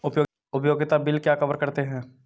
उपयोगिता बिल क्या कवर करते हैं?